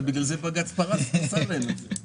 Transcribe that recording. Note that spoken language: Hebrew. ובגלל זה בג"ץ פסל להם את זה.